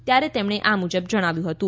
ત્યારે તેમણે આ મુજબ જણાવ્યું હતું